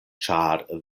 ĉar